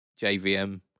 JVM